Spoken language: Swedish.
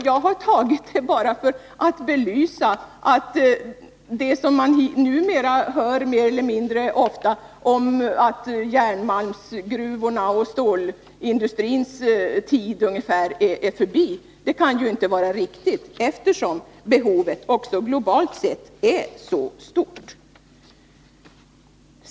Jag har tagit det bara för att belysa att det som man numera mer eller mindre ofta får höra, att järnmalmsgruvornas och stålindustrins tid är i stort sett förbi, inte kan vara riktigt, eftersom behovet också globalt sett är så stort.